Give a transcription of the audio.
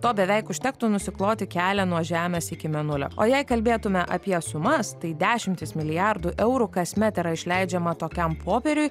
to beveik užtektų nusikloti kelią nuo žemės iki mėnulio o jei kalbėtume apie sumas tai dešimtys milijardų eurų kasmet yra išleidžiama tokiam popieriui